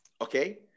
Okay